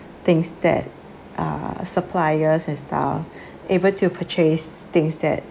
things that uh suppliers and stuff able to purchase things that